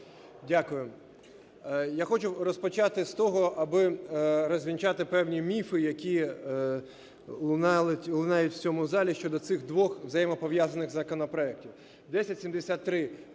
Дякую. Я хочу розпочати з того, аби розвінчати певні міфи, які лунають в цьому залі щодо цих двох взаємопов'язаних законопроектів.